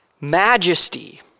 Majesty